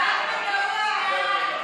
הוועדה,